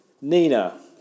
Nina